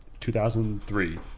2003